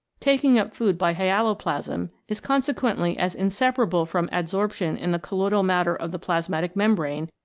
taking up food by hyaloplasm is consequently as inseparable from adsorption in the colloidal matter of the plasmatic membrane,